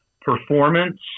performance